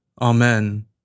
Amen